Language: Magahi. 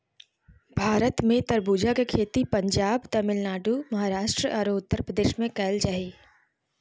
भारत में खरबूजा के खेती पंजाब, तमिलनाडु, महाराष्ट्र आरो उत्तरप्रदेश में कैल जा हई